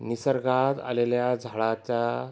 निसर्गात आलेल्या झाडाच्या